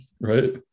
right